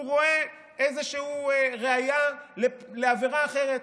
הוא רואה איזושהי ראיה לעבירה אחרת.